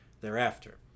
thereafter